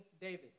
David